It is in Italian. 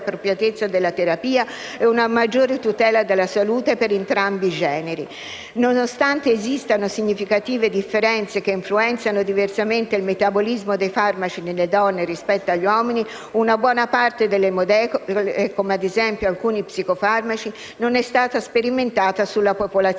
Nonostante esistano significative differenze che influenzano diversamente il metabolismo dei farmaci nelle donne, rispetto agli uomini, una buona parte delle molecole, come ad esempio alcuni psicofarmaci, non è stata sperimentata sulla popolazione